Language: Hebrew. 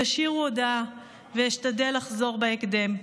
תשאירו הודעה ואשתדל לחזור בהקדם.